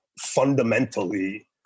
fundamentally